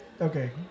Okay